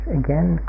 again